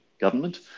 government